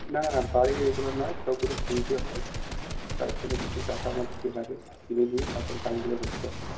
না বাড়ির এগুলো নয় সবগুলো কিনতে হয় তার জন্য কিছু টাকা আমাদেরকে লাগে কিনে নিয়ে তারপরে কাজগুলো করতে হয়